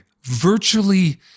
virtually